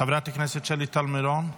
חברת הכנסת שלי טל מירון,